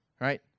Right